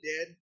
dead